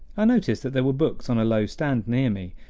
i noticed that there were books on a low stand near me.